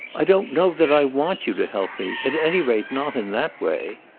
i don't know that i want you to help me at any rate not in that way.